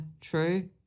true